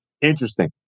Interesting